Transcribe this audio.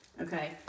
Okay